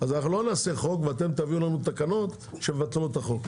אז לא נעשה חוק ואתם תביאו לנו תקנות שמבטלות את החוק.